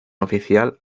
oficial